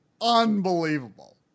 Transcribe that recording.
unbelievable